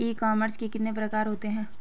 ई commerce के कितने प्रकार होते हैं?